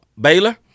Baylor